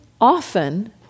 often